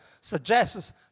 suggests